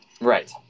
Right